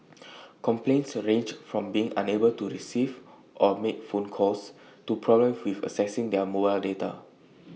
complaints ranged from being unable to receive or make phone calls to problems with accessing their mobile data